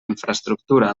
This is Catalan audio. infraestructura